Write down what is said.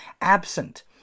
absent